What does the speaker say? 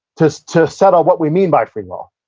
to to settle what we mean by free will.